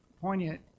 poignant